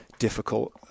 Difficult